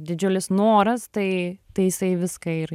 didžiulis noras tai tai jisai viską ir